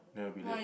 never be late